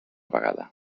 vegada